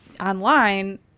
online